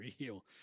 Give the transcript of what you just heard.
real